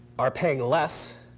are paying less,